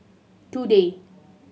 today